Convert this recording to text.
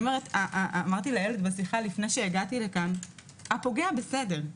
אמרתי לאילת בשיחה לפני שהגעתי לכאן: הפוגע בסדר.